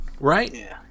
Right